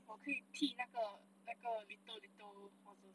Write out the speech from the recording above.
我可以踢那个那个 little little horses